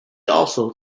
also